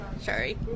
sorry